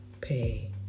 pay